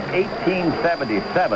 1877